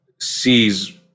sees